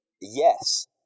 Yes